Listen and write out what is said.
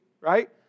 right